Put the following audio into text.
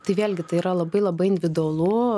tai vėlgi tai yra labai labai individualu